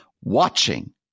watching